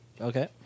Okay